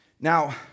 Now